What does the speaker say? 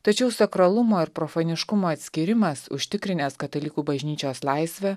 tačiau sakralumo ir profaniškumo atskyrimas užtikrinęs katalikų bažnyčios laisvę